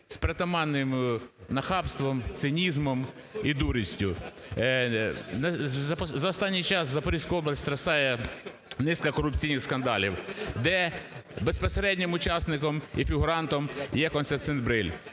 з притаманним нахабством, цинізмом і дурістю. За останній час Запорізьку область стрясає низка корупційних скандалів, де безпосереднім учасником і фігурантом є Костянтин Бриль.